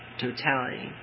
totality